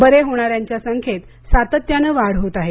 बरे होणाऱ्यांच्या संख्येत सातत्यानं वाढ होत आहे